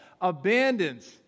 abandons